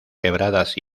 quebradas